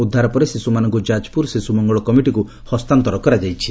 ଉଦ୍ଧାର ପରେ ଶିଶୁମାନଙ୍ଙୁ ଯାଜପୁର ଶିଶୁମଙ୍ଙଳ କମିଟିକୁ ହସ୍ତାନ୍ତର କରାଯାଇଛି